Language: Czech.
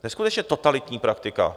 Neskutečně totalitní praktika.